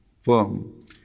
firm